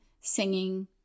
singing